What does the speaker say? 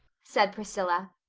said priscilla.